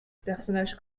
personnages